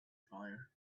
fire